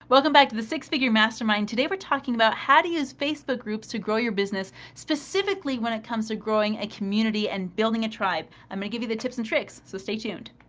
welcome back to the six figure mastermind. today, we're talking about how do use facebook groups to grow your business specifically when it comes to growing a community and building a tribe. i'm going to give you the tips and tricks, so stay tuned.